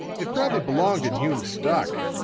it probably belonged in hume's stock,